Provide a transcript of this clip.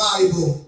Bible